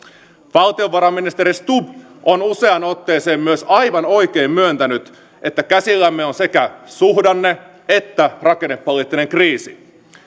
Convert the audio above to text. valtiovarainministeri stubb on useaan otteeseen myös aivan oikein myöntänyt että käsillämme on sekä suhdanne että rakennepoliittinen kriisi